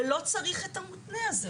ולא צריך את המותנה הזה.